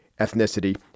ethnicity